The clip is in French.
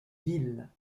villes